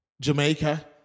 Jamaica